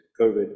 COVID